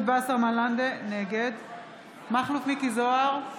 נגד מכלוף מיקי זוהר,